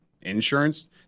insurance